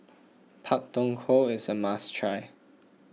Pak Thong Ko is a must try